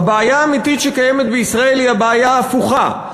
הבעיה האמיתית שקיימת בישראל היא הבעיה ההפוכה,